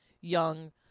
young